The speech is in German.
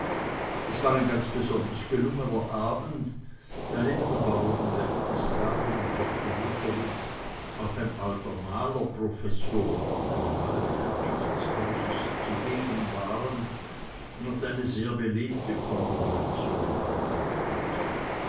es war ein ganz besonders gelungener abend da neben der baronin berchtesgaden und doktor wrschowitz auch ein alter malerprofessor eine neue bekanntschaft des hauses zugegen war was eine sehr belebte konversation herbeiführte